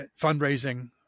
fundraising